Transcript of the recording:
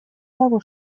того